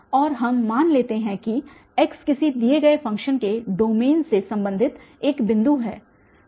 और हम मान लेते हैं कि x किसी दिए गए फ़ंक्शन के डोमेन से संबंधित एक बिंदु है